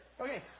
okay